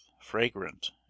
fragrant